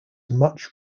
much